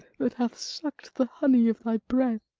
that hath suck'd the honey of thy breath,